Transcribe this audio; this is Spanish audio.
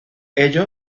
ello